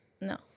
no